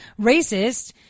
racist